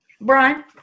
Brian